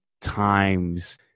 times